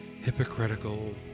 hypocritical